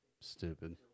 Stupid